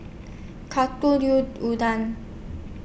Unadon